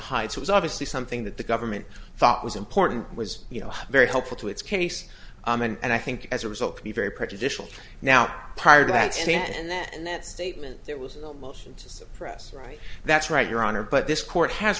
hide so it's obviously something that the government thought was important was you know very helpful to its case and i think as a result be very prejudicial now prior to that and that and that statement there was no motion to suppress right that's right your honor but this court has